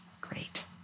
Great